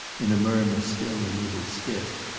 in a murmur still a little stiff,